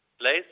place